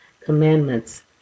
commandments